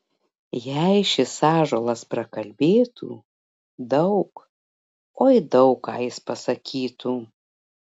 jei šis ąžuolas prakalbėtų daug oi daug ką jis pasakytų